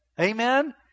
Amen